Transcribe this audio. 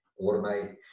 automate